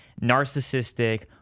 narcissistic